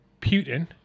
Putin